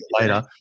later